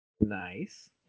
Nice